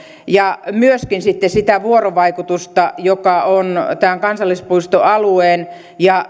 ja myöskin sitä vuorovaikutusta joka on tämän kansallispuistoalueen ja